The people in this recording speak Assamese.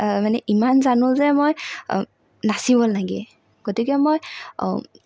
মানে ইমান জানোঁ যে মই নাচিব লাগে গতিকে মই